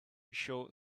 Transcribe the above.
short